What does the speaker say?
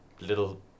little